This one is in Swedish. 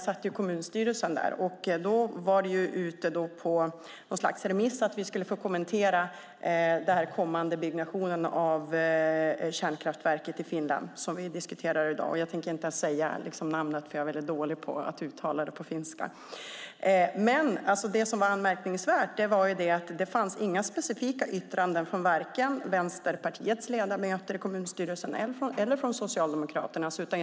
Det var ute på något slags remiss att vi skulle få kommentera den kommande byggnationen av kärnkraftverket i Finland. Jag tänker inte säga namnet, för jag är väldigt dålig på att uttala det på finska. Det anmärkningsvärda var att det inte fanns några specifika yttranden från vare sig Vänsterpartiets eller Socialdemokraternas ledamöter i kommunstyrelsen.